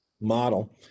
model